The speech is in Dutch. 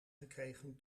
gekregen